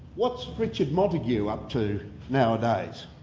what's richard montague up to nowadays?